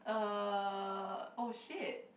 uh oh shit